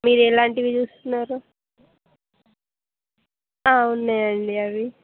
మీరు ఎలాంటివి చూస్తున్నారు ఉన్నాయండి అవి